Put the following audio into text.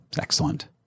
Excellent